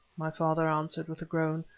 my father answered, with a groan.